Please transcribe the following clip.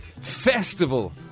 festival